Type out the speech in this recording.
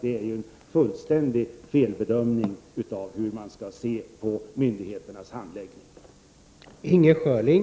Det är en fullständig felbedömning av hur man skall uppfatta myndigheternas handläggning.